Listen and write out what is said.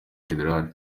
gen